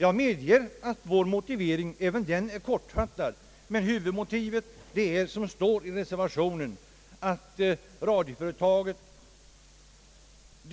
Jag medger att även vår motivering är kortfattad, men huvudmotivet är, Ssåsom det står i reservationen, att det